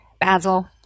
Basil